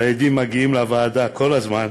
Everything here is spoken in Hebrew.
שההדים שלה מגיעים לוועדה כל הזמן,